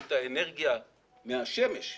את האנרגיה מהשמש,